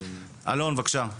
אלון, בבקשה.